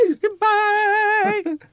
Goodbye